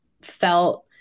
felt